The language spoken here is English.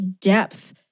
depth